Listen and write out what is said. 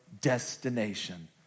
destination